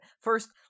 first